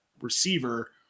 receiver